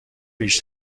ریش